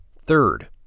Third